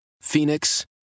Phoenix